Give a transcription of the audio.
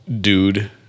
dude